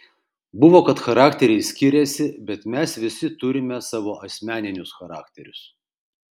buvo kad charakteriai skiriasi bet mes visi turime savo asmeninius charakterius